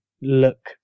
look